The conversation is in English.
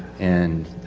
and,